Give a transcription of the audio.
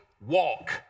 walk